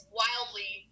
wildly